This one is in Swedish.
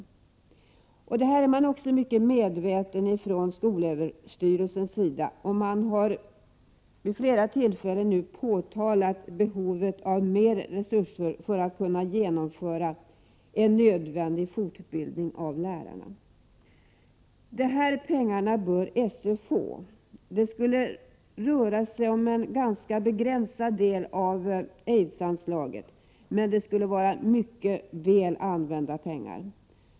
Det är skolöverstyrelsen också mycket medveten om, och man har vid flera tillfällen påvisat behovet av mer resurser för att kunna genomföra en nödvändig fortbildning av lärarna. De här pengarna bör SÖ få. Det skulle röra sig om en ganska begränsad del av aidsanslaget, men det skulle vara mycket väl använda pengar.